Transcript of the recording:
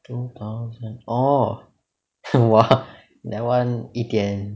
two thousand orh !wah! that [one] 一点